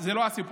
זה לא הסיפור.